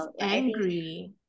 angry